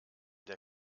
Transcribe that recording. der